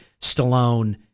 Stallone